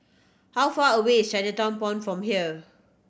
how far away is Chinatown Point from here